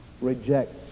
rejects